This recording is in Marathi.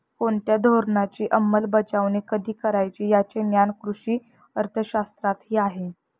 कोणत्या धोरणाची अंमलबजावणी कधी करायची याचे ज्ञान कृषी अर्थशास्त्रातही आहे